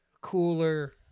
cooler